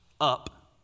up